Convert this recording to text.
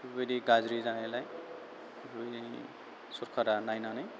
बेफोरबायदि गाज्रि जानायलाय सरकारा नायनानै